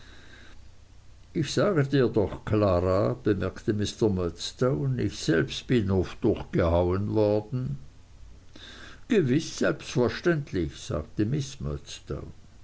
ich sage dir doch klara bemerkte mr murdstone ich selbst bin oft durchgehauen worden gewiß selbstverständlich sagte